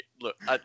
look